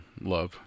love